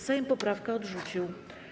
Sejm poprawkę odrzucił.